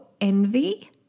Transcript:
envy